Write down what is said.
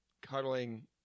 cuddling